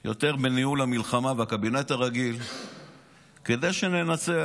והקבינט הרגיל, יותר בניהול המלחמה, כדי שננצח.